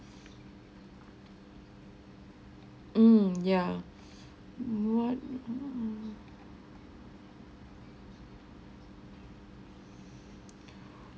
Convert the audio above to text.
mm ya what